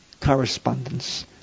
correspondence